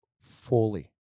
fully